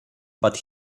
but